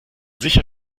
sicher